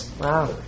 Wow